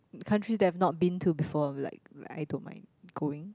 country that I've not been to before like like I don't mind going